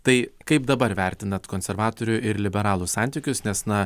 tai kaip dabar vertinat konservatorių ir liberalų santykius nes na